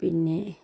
പിന്നെ